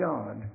God